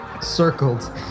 circled